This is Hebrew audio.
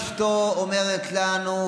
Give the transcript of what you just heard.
אשתו אומרת לנו,